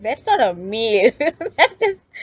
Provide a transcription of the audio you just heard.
that's not a meal that's just